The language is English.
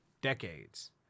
decades